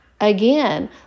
Again